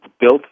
built